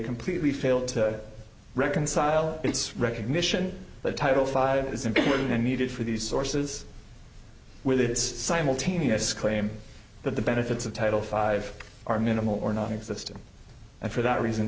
completely failed to reconcile its recognition that title five is important and needed for these sources with its simultaneous claim that the benefits of title five are minimal or nonexistent and for that reason